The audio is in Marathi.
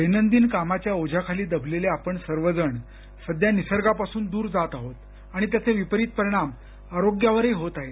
दैनंदिन कामाच्या ओझ्याखाली दबलेले आपण सर्वजण सध्या निसर्गापासून दूर जात आहोत आणि त्याचे विपरीत परिणाम आरोग्यावरही होत आहेत